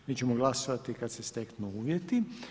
Mi ćemo glasovati kad se steknu uvjeti.